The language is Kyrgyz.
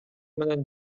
менен